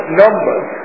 numbers